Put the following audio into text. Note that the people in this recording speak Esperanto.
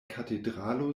katedralo